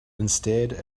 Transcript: instead